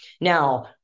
Now